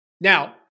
Now